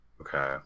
Okay